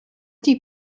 die